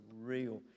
real